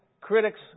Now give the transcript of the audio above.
critics